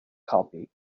copy